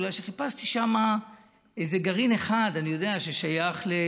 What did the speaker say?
בגלל שחיפשתי שם איזה גרעין אחד ששייך לא